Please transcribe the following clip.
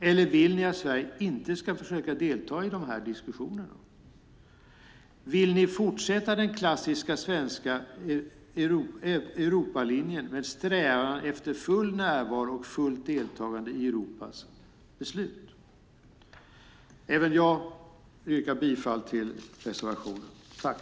Eller vill ni att Sverige inte ska försöka delta i diskussionerna? Vill ni fortsätta den klassiska svenska Europalinjen med strävan efter full närvaro och fullt deltagande i Europas beslut? Även jag yrkar bifall till reservationen.